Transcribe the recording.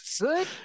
Good